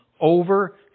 over